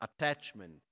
attachment